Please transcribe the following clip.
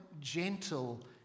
gentle